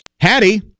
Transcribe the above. Hattie